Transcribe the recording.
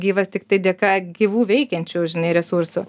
gyvas tiktai dėka gyvų veikiančių žinai resursų